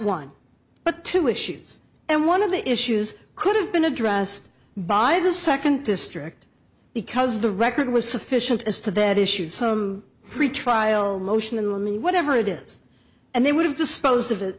but two issues and one of the issues could have been addressed by the second district because the record was sufficient as to that issue of some pretrial motion in limine whatever it is and they would have disposed of it